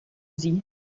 sie